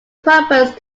purpose